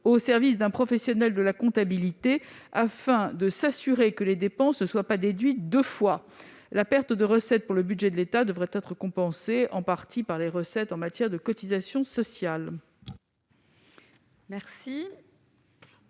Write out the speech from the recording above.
aux services d'un professionnel de la comptabilité, afin de s'assurer que les dépenses ne sont pas déduites deux fois. La perte de recettes pour le budget de l'État devrait être en partie compensée par les recettes issues des cotisations sociales.